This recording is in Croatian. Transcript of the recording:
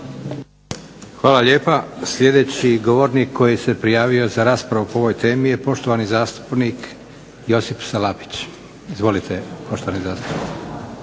Hvala lijepa. Sljedeći govornik koji se prijavio za raspravu po ovoj temi je poštovani zastupnik Josip Salapić. Izvolite poštovani zastupniče.